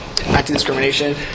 anti-discrimination